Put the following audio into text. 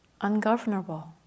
Ungovernable